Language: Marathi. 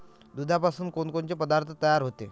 दुधापासून कोनकोनचे पदार्थ तयार होते?